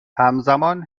همزمان